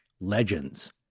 legends